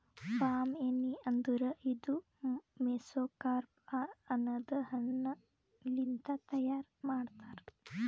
palm ಎಣ್ಣಿ ಅಂದುರ್ ಇದು ಮೆಸೊಕಾರ್ಪ್ ಅನದ್ ಹಣ್ಣ ಲಿಂತ್ ತೈಯಾರ್ ಮಾಡ್ತಾರ್